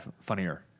Funnier